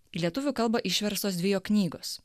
į lietuvių kalbą išverstos dvi jo knygos